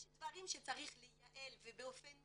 יש דבירם שצריך לייעל ובאופן